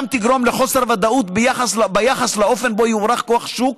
תגרום לחוסר ודאות ביחס לאופן שבו יוערך כוח שוק,